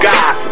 God